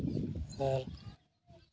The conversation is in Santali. ᱟᱨ